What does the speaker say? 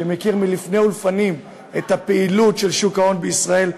שמכיר לפני ולפנים את הפעילות של שוק ההון בישראל,